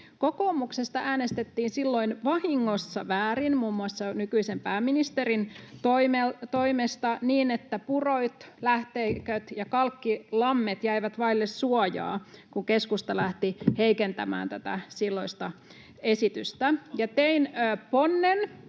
Kokoomuksesta äänestettiin silloin vahingossa väärin, muun muassa nykyisen pääministerin toimesta, niin että purot, lähteiköt ja kalkkilammet jäivät vaille suojaa, kun keskusta lähti heikentämään tätä silloista esitystä. Tein ponnen,